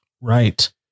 right